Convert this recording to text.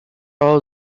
all